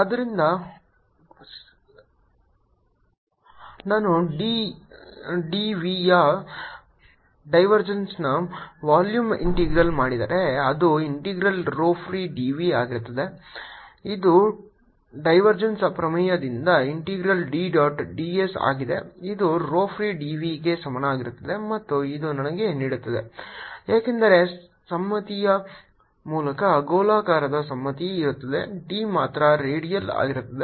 ಆದ್ದರಿಂದ ನಾನು D d vಯ ಡೈವರ್ಜೆನ್ಸ್ನ ವಾಲ್ಯೂಮ್ ಇಂಟಿಗ್ರಲ್ ಮಾಡಿದರೆ ಅದು ಇಂಟಿಗ್ರಲ್ rho free dv ಆಗಿರುತ್ತದೆ ಇದು ಡೈವರ್ಜೆನ್ಸ್ ಪ್ರಮೇಯದಿಂದ integral D dot d s ಆಗಿದ್ದು ಇದು rho free dv ಗೆ ಸಮನಾಗಿರುತ್ತದೆ ಮತ್ತು ಇದು ನನಗೆ ನೀಡುತ್ತದೆ ಏಕೆಂದರೆ ಸಮ್ಮಿತಿಯ ಮೂಲಕ ಗೋಳಾಕಾರದ ಸಮ್ಮಿತಿ ಇರುತ್ತದೆ D ಮಾತ್ರ ರೇಡಿಯಲ್ ಆಗಿರುತ್ತದೆ